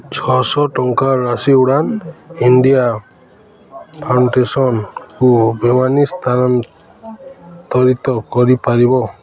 ଛଅଶହ ଟଙ୍କାର ରାଶି ଉଡ଼ାନ୍ ଇଣ୍ଡିଆ ଫାଉଣ୍ଡେସନ୍କୁ ବେନାମୀ ସ୍ଥାନାନ୍ତରିତ କରିପାରିବ